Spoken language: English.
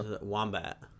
Wombat